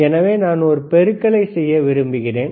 எனவே நான் ஒரு பெருக்கலை செய்ய விரும்புகிறேன்